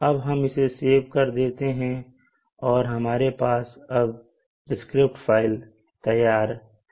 अब हम इसे सेव कर देते हैं और हमारे पास अब स्क्रिप्ट फाइल तैयार है